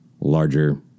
larger